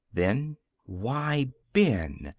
then why, ben!